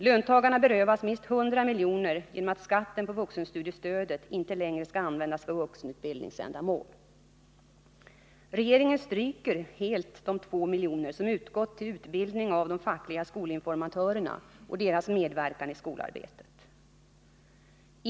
Löntagarna berövas minst 100 milj.kr. genom att skatten på vuxenstudiestödet inte längre skall användas för vuxenutbildningsändamål. Regeringen stryker helt de 2 milj.kr. som utgått till utbildning av de fackliga skolinformatörerna och deras medverkan i skolarbetet.